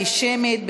שמית,